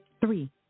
three